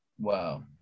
Wow